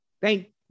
thank